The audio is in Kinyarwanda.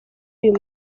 uyu